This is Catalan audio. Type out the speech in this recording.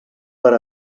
per